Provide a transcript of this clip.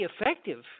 effective